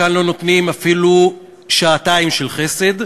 כאן לא נותנים אפילו שעתיים של חסד.